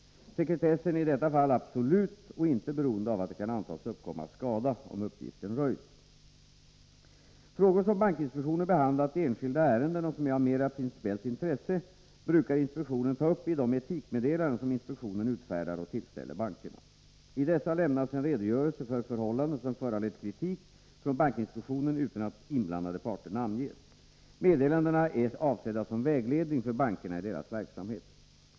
Sekretessen är i detta fall absolut och inte beroende av att det kan antas uppkomma skada om uppgiften röjs. Frågor som bankinspektionen behandlat i enskilda ärenden och som är av mera principiellt intresse brukar inspektionen ta upp i de etikmeddelanden som inspektionen utfärdar och tillställer bankerna. I dessa lämnas en redogörelse för förhållanden som föranlett kritik från bankinspektionen utan att inblandade parter namnges. Meddelandena är avsedda som vägledning för bankerna i deras verksamhet.